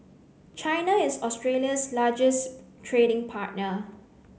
China is Australia's largest trading partner